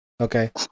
Okay